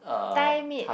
Thai made